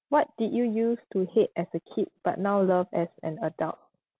what did you use to hate as a kid but now love as an adult